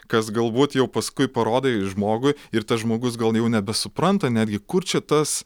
kas galbūt jau paskui parodai žmogui ir tas žmogus gal jau nebesupranta netgi kur čia tas